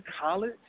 college